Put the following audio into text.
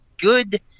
good